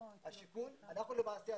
אנחנו למעשה,